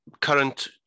current